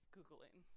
Googling